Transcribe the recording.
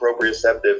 proprioceptive